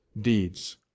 deeds